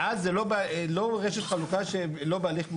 ואז זה לא רשת חלוקה שלא בהליך מהיר,